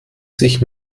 sich